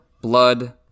blood